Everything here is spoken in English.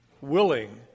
willing